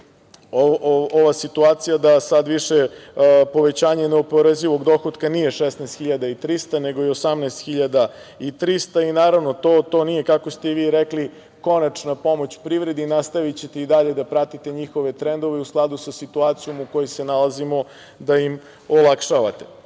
ova situacija da sada više povećanje neoporezivog dohotka nije 16.300 nego je 18.300. Naravno, to nije, kako ste i vi rekli, konačna pomoć privredi, nastavićete i dalje da pratite njihove trendove u skladu sa situacijom u kojoj se nalazimo i da im olakšavate. Što